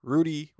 Rudy